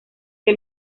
que